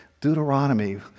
Deuteronomy